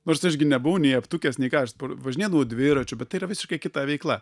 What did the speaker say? nors aš gi nebuvau nei aptukęs nei ką aš važinėdavau dviračiu bet tai yra visiškai kita veikla